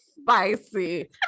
spicy